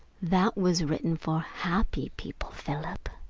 that was written for happy people, philip.